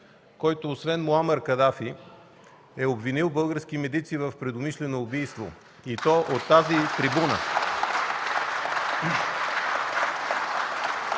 който освен Муамар Кадафи е обвинил български медици в предумишлено убийство, и то от тази трибуна.